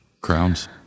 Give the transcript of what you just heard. crowns